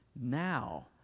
now